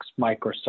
Microsoft